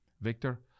Victor